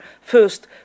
first